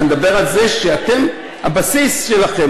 אני מדבר על זה שזה היה הבסיס שלכם,